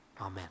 Amen